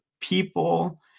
people